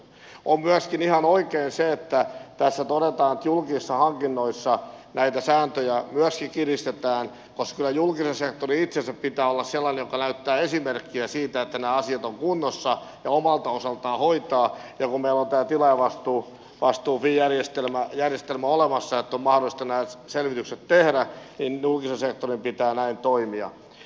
on myöskin ihan oikein se että tässä todetaan että julkisissa hankinnoissa näitä sääntöjä myöskin kiristetään koska kyllä julkisen sektorin itsensä pitää olla sellainen joka näyttää esimerkkiä siinä että nämä asiat ovat kunnossa ja omalta osaltaan ne hoitaa ja kun meillä on tämä tilaajavastuujärjestelmä olemassa jotta on mahdollista nämä selvitykset tehdä niin julkisen sektorin pitää näin toimia